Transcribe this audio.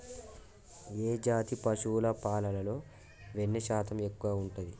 ఏ జాతి పశువుల పాలలో వెన్నె శాతం ఎక్కువ ఉంటది?